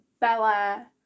Bella